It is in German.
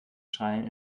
schreien